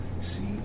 See